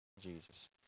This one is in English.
Jesus